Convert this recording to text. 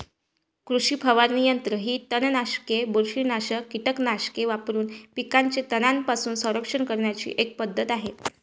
कृषी फवारणी यंत्र ही तणनाशके, बुरशीनाशक कीटकनाशके वापरून पिकांचे तणांपासून संरक्षण करण्याची एक पद्धत आहे